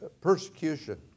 persecution